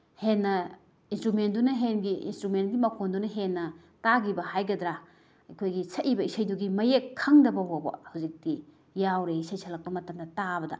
ꯍꯦꯟꯅ ꯏꯟꯁꯇ꯭ꯔꯨꯃꯦꯟꯗꯨꯅ ꯏꯟꯁꯇ꯭ꯔꯨꯃꯦꯟꯒꯤ ꯃꯈꯣꯟꯗꯨꯅ ꯍꯦꯟꯅ ꯇꯥꯈꯤꯕ ꯍꯥꯏꯒꯗ꯭ꯔꯥ ꯑꯩꯈꯣꯏꯒꯤ ꯁꯛꯏꯕ ꯏꯁꯩꯗꯨꯒꯤ ꯃꯌꯦꯛ ꯈꯪꯗꯕ ꯐꯥꯎꯕ ꯍꯧꯖꯤꯛꯇꯤ ꯌꯥꯎꯔꯦ ꯏꯁꯩ ꯁꯛꯂꯛꯄ ꯃꯇꯝꯗ ꯇꯥꯕꯗ